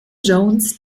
jones